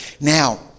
Now